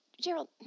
Gerald